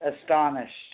astonished